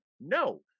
no